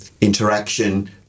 interaction